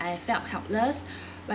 I felt helpless